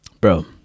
bro